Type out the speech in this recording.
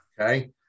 Okay